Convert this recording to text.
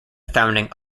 founding